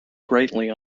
greatly